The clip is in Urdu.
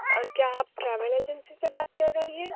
اور کیا آپ ٹریول ایجنسی سے بات کر رہی ہیں